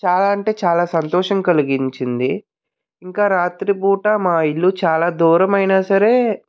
చాలా అంటే చాలా సంతోషం కలిగించింది ఇంకా రాత్రిపూట మా ఇల్లు చాలా దూరమైనా సరే